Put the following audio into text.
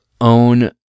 own